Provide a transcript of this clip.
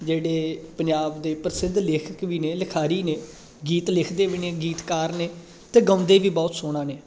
ਜਿਹੜੇ ਪੰਜਾਬ ਦੇ ਪ੍ਰਸਿੱਧ ਲੇਖਕ ਵੀ ਨੇ ਲਿਖਾਰੀ ਨੇ ਗੀਤ ਲਿਖਦੇ ਵੀ ਨੇ ਗੀਤਕਾਰ ਨੇ ਅਤੇ ਗਾਉਂਦੇ ਵੀ ਬਹੁਤ ਸੋਹਣਾ ਨੇ